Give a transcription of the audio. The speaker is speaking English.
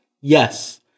Yes